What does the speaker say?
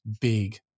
big